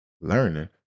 learning